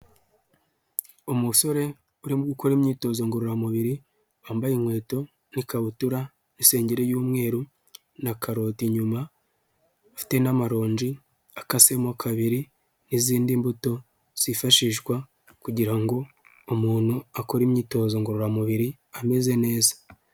Umusore urimo gukora imyitozo ngororamubiri wambaye inkweto nk'ikabutura n'isengeri y'umweru na karoti nyuma afite n'amaronji akasemo kabiri n'izindi mbuto zifashishwa kugira ngo umuntu akore imyitozo ngororamubiri ameze neza.